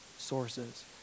sources